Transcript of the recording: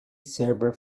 served